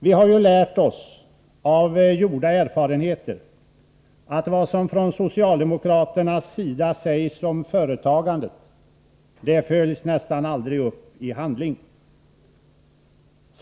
Vi har ju lärt oss — av gjorda erfarenheter — att vad som från socialdemokraternas sida sägs om företagandet nästan aldrig följs upp i handling.